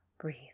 Breathe